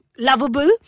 lovable